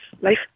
life